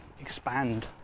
expand